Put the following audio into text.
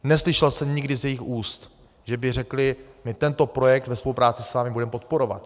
Neslyšel jsem nikdy z jejich úst, že by řekli: my tento projekt ve spolupráci s vámi budeme podporovat.